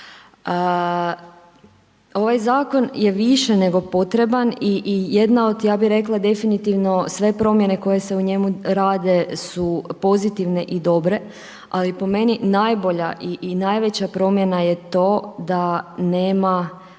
Ovaj zakon je više nego potreban i jedna od, ja bih rekla definitivno sve promjene koje se u njemu rade su pozitivne i dobre, ali po meni najbolja i najveća promjena je to da nema